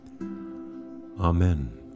Amen